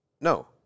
No